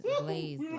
Blaze